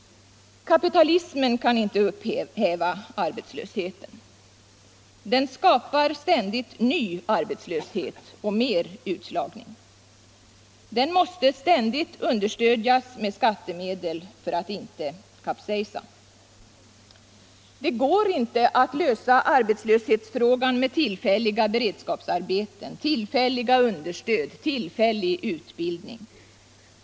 Kapitalismen kan inte upphäva arbetslösheten. Den skapar ständigt ny arbetslöshet och mer utslagning. Den måste ständigt understödjas med skattemedel för att inte kapsejsa. Det går inte att lösa arbetslöshetsfrågan med tillfälliga beredskapsarbeten, tillfälliga understöd, tillfällig utbildning.